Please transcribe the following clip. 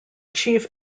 chief